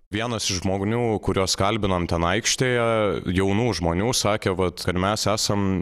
vienas iš žmonių kuriuos kalbinom ten aikštėje jaunų žmonių sakė vat ar mes esam